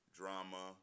drama